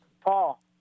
Paul